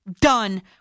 done